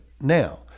Now